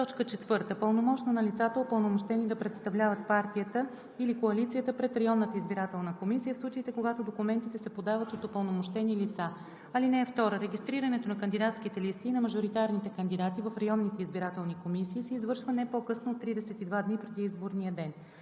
4. пълномощно на лицата, упълномощени да представляват партията или коалицията пред районната избирателна комисия, в случаите, когато документите се подават от упълномощени лица. (2) Регистрирането на кандидатските листи и на мажоритарните кандидати в районните избирателни комисии се извършва не по-късно от 32 дни преди изборния ден.